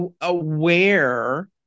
aware